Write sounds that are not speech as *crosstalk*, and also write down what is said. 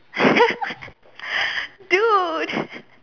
*laughs* dude *laughs*